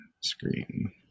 screen